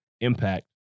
impact